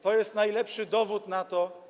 To jest najlepszy dowód na to.